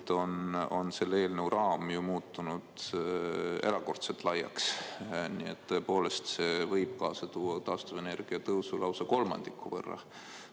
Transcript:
on selle eelnõu raam muutunud ju erakordselt laiaks. Nii et tõepoolest, see võib kaasa tuua taastuvenergia [tasu] tõusu lausa kolmandiku võrra,